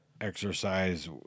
exercise